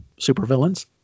supervillains